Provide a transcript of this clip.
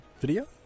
video